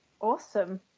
Awesome